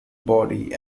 body